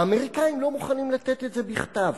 האמריקנים לא מוכנים לתת את זה בכתב.